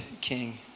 king